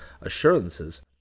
assurances